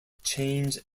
change